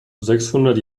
sechshundert